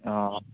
অঁ